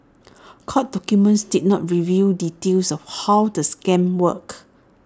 court documents did not reveal details of how the scam worked